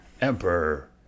Emperor